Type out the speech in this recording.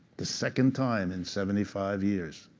the second time in seventy five years.